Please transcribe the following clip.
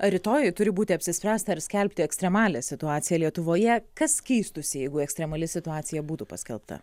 rytoj turi būti apsispręsta ar skelbti ekstremalią situaciją lietuvoje kas keistųsi jeigu ekstremali situacija būtų paskelbta